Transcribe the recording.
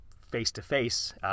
face-to-face